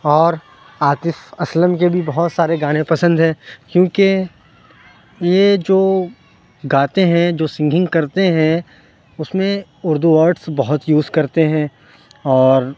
اور عاطف اسلم کے بھی بہت سارے گانے پسند ہیں کیونکہ یہ جو گاتے ہیں جو سنگھنگ کرتے ہیں اس میں اردو ورڈس بہت یوز کرتے ہیں اور